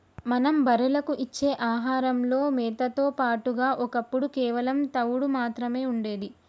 మనం బర్రెలకు ఇచ్చే ఆహారంలో మేతతో పాటుగా ఒప్పుడు కేవలం తవుడు మాత్రమే ఉండేది